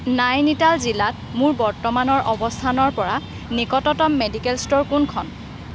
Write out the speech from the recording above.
নাইনিতাল জিলাত মোৰ বৰ্তমানৰ অৱস্থানৰ পৰা নিকটতম মেডিকেল ষ্ট'ৰ কোনখন